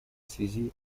связи